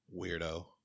weirdo